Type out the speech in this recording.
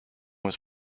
was